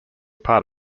part